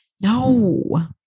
No